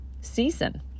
season